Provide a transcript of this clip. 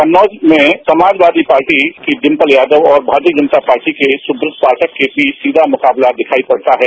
कन्नौज में समाजवादी पार्टी की डिंपल यादव और भारतीय जनता पार्टी के सुब्रत पाठक के बीच सीधा मुकाबला दिखाई पड़ता है